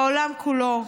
בעולם כולו,